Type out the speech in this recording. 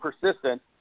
persistent